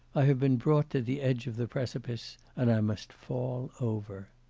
i have been brought to the edge of the precipice and i must fall over.